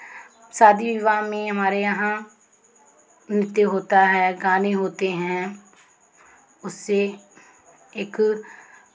शादी विवाह में हमारे यहाँ नृत्य होता है गाने होते हैं उससे एक